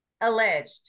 alleged